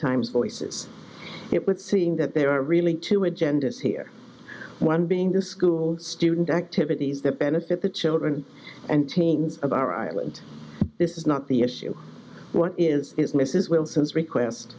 times voices it would seem that there are really two agendas here one being the school student activities that benefit the children and teams of our island this is not the issue one is is mrs wilson's request